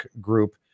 group